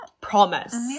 promise